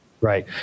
Right